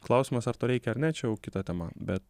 klausimas ar to reikia ar ne čia jau kita tema bet